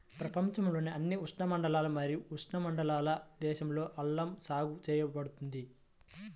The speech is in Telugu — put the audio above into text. ప్రపంచంలోని అన్ని ఉష్ణమండల మరియు ఉపఉష్ణమండల దేశాలలో అల్లం సాగు చేయబడుతుంది